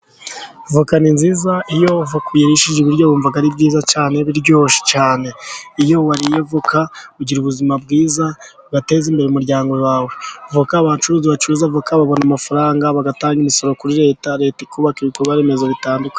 Avoka ni nziza iyo avoka uyirishije ibiryo wumva ari byiza cyane, biryoshye cyane. Iyo wariye avoka ugira ubuzima bwiza, ugateza imbere umuryango wawe. Avoka, abucuruzi bacuruza avoka babona amafaranga, bagatanga imisoro kuri Leta. Leta ikubaka ibikorwa remezo bitandukanye.